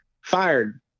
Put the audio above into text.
fired